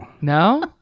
no